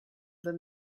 than